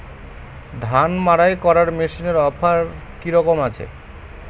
ধান মাড়াই করার মেশিনের অফার কী রকম আছে?